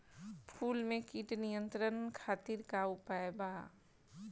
फूल में कीट नियंत्रण खातिर का उपाय बा?